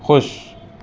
خوش